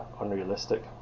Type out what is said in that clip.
unrealistic